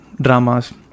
dramas